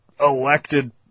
elected